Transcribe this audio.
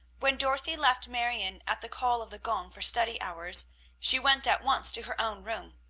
when dorothy left marion at the call of the gong for study hours she went at once to her own room.